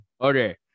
Okay